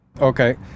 Okay